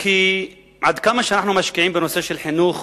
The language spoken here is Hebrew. כי כמה שאנחנו משקיעים בחינוך,